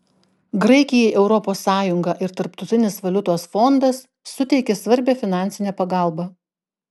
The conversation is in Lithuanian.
graikijai europos sąjunga ir tarptautinis valiutos fondas suteikė svarbią finansinę pagalbą